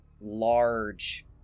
large